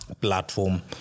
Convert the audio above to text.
platform